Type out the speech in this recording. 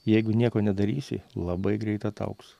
jeigu nieko nedarysi labai greit ataugs